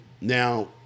Now